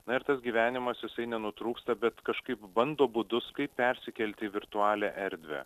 na ir tas gyvenimas jisai nenutrūksta bet kažkaip bando būdus kaip persikelti į virtualią erdvę